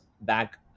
back